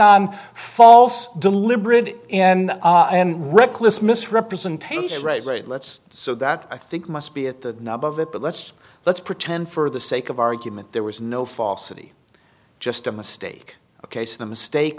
on false deliberate and and reckless misrepresentation right let's so that i think must be at the nub of it but let's let's pretend for the sake of argument there was no falsity just a mistake ok so the mistake